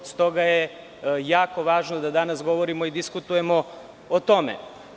Stoga je jako važno da danas govorimo i diskutujemo o tome.